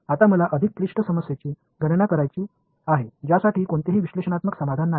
आता मला अधिक क्लिष्ट समस्यांची गणना करायची आहे ज्यासाठी कोणतेही विश्लेषणात्मक समाधान नाही